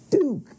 Duke